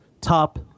top